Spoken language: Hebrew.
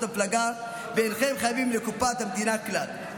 המפלגה ואינכם חייבים לקופת המדינה כלל.